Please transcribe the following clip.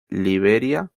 liberia